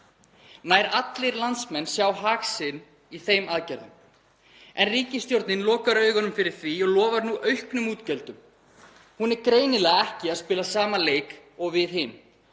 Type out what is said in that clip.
Nær allir landsmenn sjá hag sinn í þeim aðgerðum en ríkisstjórnin lokar augunum fyrir því og lofar nú auknum útgjöldum. Hún er greinilega ekki að spila sama leik og við hin.